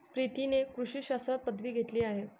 प्रीतीने कृषी शास्त्रात पदवी घेतली आहे